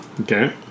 okay